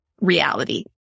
reality